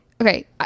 Okay